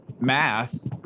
math